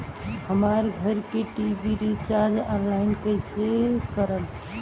हमार घर के टी.वी रीचार्ज ऑनलाइन कैसे करेम?